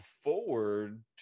forward